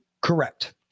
Correct